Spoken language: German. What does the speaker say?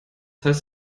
heißt